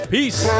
Peace